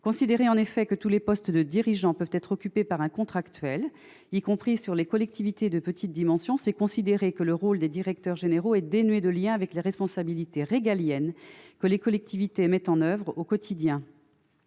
Considérer que tous les postes dirigeants peuvent être occupés par un contractuel, y compris dans les collectivités de petite dimension, c'est considérer que le rôle des directeurs généraux est dénué de lien avec les responsabilités régaliennes que les collectivités mettent en oeuvre au quotidien